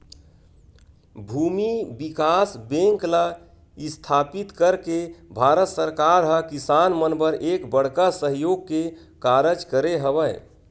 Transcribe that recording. भूमि बिकास बेंक ल इस्थापित करके भारत सरकार ह किसान मन बर एक बड़का सहयोग के कारज करे हवय